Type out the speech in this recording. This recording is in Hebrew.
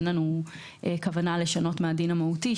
אין לנו כוונה לשנות מהדין המהותי,